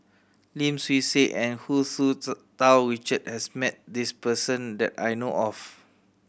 Lim Swee Say and Hu Tsu Tau Richard has met this person that I know of